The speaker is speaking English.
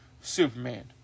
Superman